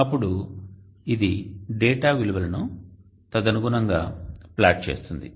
అప్పుడు ఇది డేటా విలువలను తదనుగుణంగా ప్లాట్ చేస్తుంది